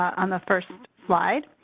on the first slide.